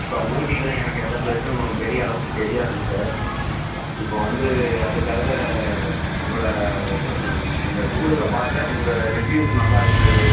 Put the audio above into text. இப்போ ஊட்டியில எனக்கு எந்த ப்ளேஸும் பெரிய அளவுக்கு தெரியாதுங்க சார் இப்போ வந்து அதுக்காக உங்களை உங்கள் கூகுளில் பார்த்தேன் உங்கள் ரிவ்யூஸ் நல்லா இருந்தது